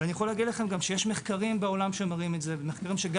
ויש מחקרים בעולם שמראים את זה ומחקרים שגם